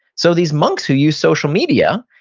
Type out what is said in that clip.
so these monks who use social media,